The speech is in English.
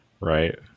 Right